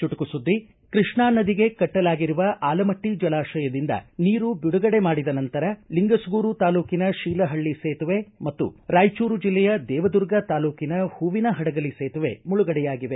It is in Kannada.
ಚುಟುಕು ಸುದ್ದಿ ಕೃಷ್ಣಾ ನದಿಗೆ ಕಟ್ಟಲಾಗಿರುವ ಆಲಮಟ್ಟಿ ಜಲಾಶಯದಿಂದ ನೀರು ಬಿಡುಗಡೆ ಮಾಡಿದ ನಂತರ ಲಿಂಗಸಗೂರು ತಾಲೂಕಿನ ಶೀಲಹಳ್ಳಿ ಸೇತುವೆ ಮತ್ತು ರಾಯಚೂರು ಜಿಲ್ಲೆಯ ದೇವದುರ್ಗ ತಾಲೂಕಿನ ಹೂವಿನ ಪಡಗಲಿ ಸೇತುವೆ ಮುಳುಗಡೆಯಾಗಿವೆ